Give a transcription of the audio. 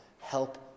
Help